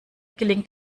gelingt